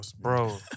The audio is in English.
bro